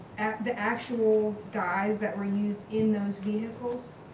the actual dyes that were used in those vehicles?